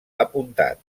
apuntat